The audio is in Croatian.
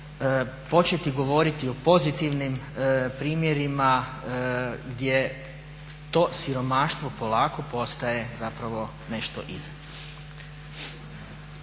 početi govoriti o pozitivnim primjerima gdje to siromaštvo polako postaje zapravo nešto iza.